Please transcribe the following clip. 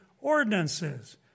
ordinances